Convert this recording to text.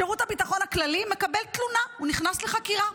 שירות הביטחון הכללי מקבל תלונה, הוא נכנס לחקירה,